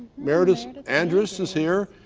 meredith andrews is here.